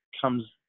comes